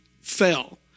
fell